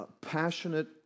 passionate